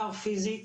בעיקר פיזית,